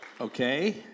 Okay